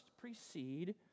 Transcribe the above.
precede